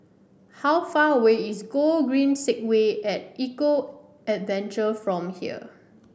how far away is Gogreen Segway at Eco Adventure from here